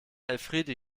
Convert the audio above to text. elfriede